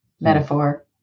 metaphor